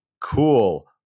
cool